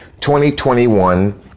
2021